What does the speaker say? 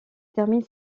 termine